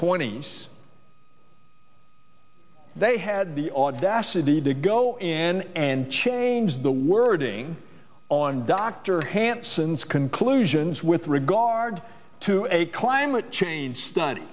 twenty's they had the audacity to go in and change the wording on dr hansen's conclusions with regard to a climate change study